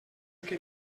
que